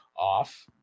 off